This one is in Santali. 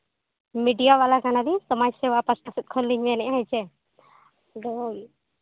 ᱢᱤᱰᱤᱭᱟ ᱵᱟᱞᱟ ᱠᱟᱱᱟᱵᱤᱱ ᱥᱚᱢᱟᱡᱽ ᱥᱮᱵᱟ ᱯᱟᱥᱴᱟ ᱥᱮᱡ ᱠᱷᱚᱱᱞᱤᱧᱢᱮᱱᱮᱜᱼᱟ ᱦᱮᱸᱪᱮ ᱟᱫᱚ